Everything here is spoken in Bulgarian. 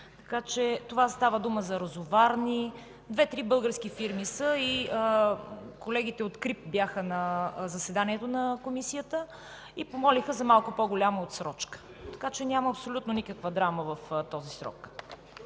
месеца. Става дума за розоварни, две-три български фирми са. Колегите от КРИБ бяха на заседанието на Комисията и помолиха за малко по-голяма отсрочка. Така че няма абсолютно никаква драма в този срок.